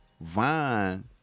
Vine